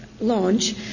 launch